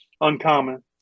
Uncommon